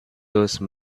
those